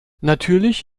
natürlich